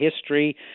history